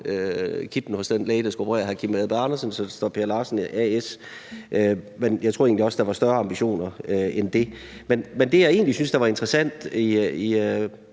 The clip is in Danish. kitlen af den læge, der skal operere hr. Kim Edberg Andersen, hvor der står Per Larsen A/S. Men jeg tror egentlig også, at der var større ambitioner med det end det. Men det, jeg egentlig synes var interessant i